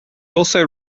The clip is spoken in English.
also